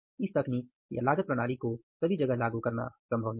इस तकनीक या लागत प्रणाली को सभी जगह लागू करना संभव नहीं है